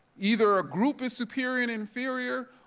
either ah group is superior and inferior,